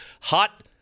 hot